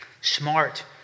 Smart